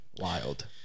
Wild